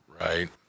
right